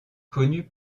connus